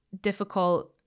difficult